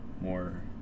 more